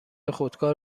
خودکار